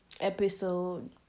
episode